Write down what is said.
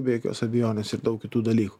be jokios abejonės ir daug kitų dalykų